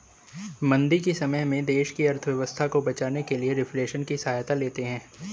मंदी के समय में देश अपनी अर्थव्यवस्था को बचाने के लिए रिफ्लेशन की सहायता लेते हैं